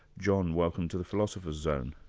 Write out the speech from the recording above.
john, welcome to the philosopher's zone.